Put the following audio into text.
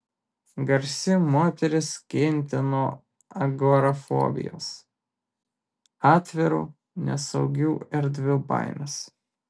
garsi moteris kentė nuo agorafobijos atvirų nesaugių erdvių baimės